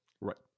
Right